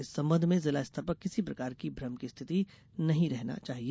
इस संबंध में जिला स्तर पर किसी प्रकार की भ्रम की स्थिति नहीं रहना चाहिए